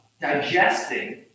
Digesting